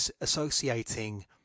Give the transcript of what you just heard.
associating